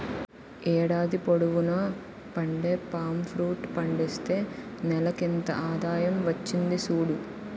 ఏడాది పొడువునా పండే పామ్ ఫ్రూట్ పండిస్తే నెలకింత ఆదాయం వచ్చింది సూడు